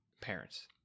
parents